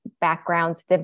backgrounds